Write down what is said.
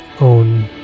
own